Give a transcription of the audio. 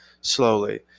slowly